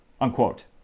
Unquote